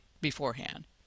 beforehand